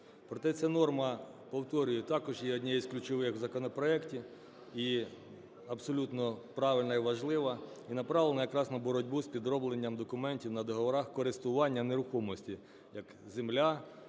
Проте ця норма, повторюю, також є однією із ключових в законопроекті, і абсолютно правильна, і важлива, і направлена якраз на боротьбу з підробленням документів на договорах користування нерухомості, як земля,